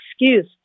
excuse